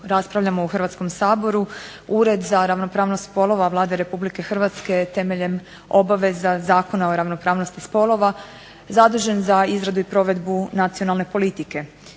raspravljamo u Hrvatskom saboru. ured za ravnopravnosti spolova Vlada Republike Hrvatske temeljem obaveza Zakona o ravnopravnosti spolova zadužen za izradu i provedbu nacionalne politike.